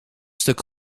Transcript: stuk